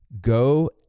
Go